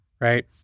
right